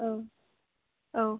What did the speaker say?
औ औ